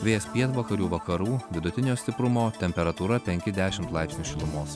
vėjas pietvakarių vakarų vidutinio stiprumo temperatūra penki dešimt laipsnių šilumos